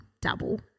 double